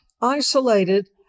isolated